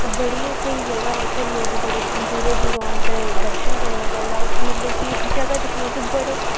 ओह् बड़ी गै स्हेई जगह् उत्थै लोग दूरूं दूरूं औंदे दर्शन करने गल्ला उत्थै मतलब कि जगह् दिक्खना उत्थै बड़े